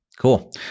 Cool